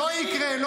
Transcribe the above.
לא יקרה.